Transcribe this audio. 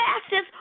fastest